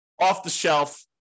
off-the-shelf